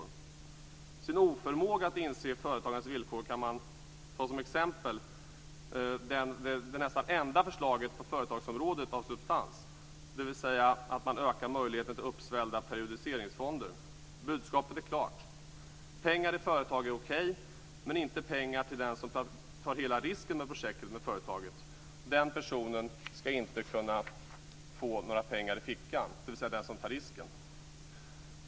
När det gäller oförmågan att inse företagandets villkor kan man ta som exempel det, nästan, enda förslaget på företagsområdet av substans. Det gäller att man ökar möjligheten till uppsvällda periodiseringsfonder. Budskapet är klart. Pengar i företag är okej men inte pengar till den som tar hela risken med projektet med företaget. Den person som tar risken ska inte kunna få några pengar i fickan.